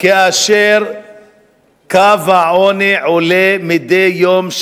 כאשר קו העוני עולה מדי יום,